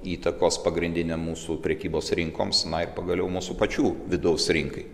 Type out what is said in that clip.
įtakos pagrindinėm mūsų prekybos rinkoms na ir pagaliau mūsų pačių vidaus rinkai